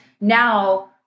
now